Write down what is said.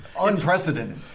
unprecedented